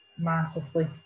massively